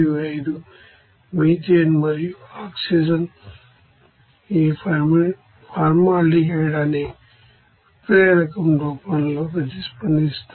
855 methane మరియు oxygen ఈ formaldehyde అనే catalyst రూపంలో ప్రతిస్పందిస్తాయి